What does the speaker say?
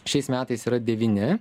šiais metais yra devyni